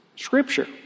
Scripture